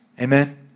Amen